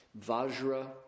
Vajra